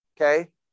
okay